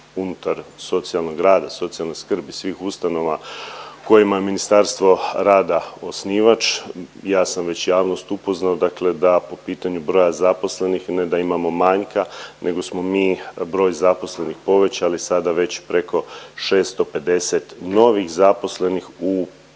unutar socijalnog rada, socijalne skrbi svih ustanova kojima je Ministarstvo rada osnivač, ja sam već javnost upoznao dakle da po pitanju broja zaposlenih ne da imamo manjka, nego smo mi broj zaposlenih povećali sada već preko 650 novih zaposlenih u